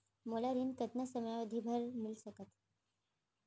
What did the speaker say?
मोला ऋण कतना समयावधि भर मिलिस सकत हे?